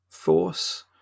force